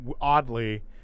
oddly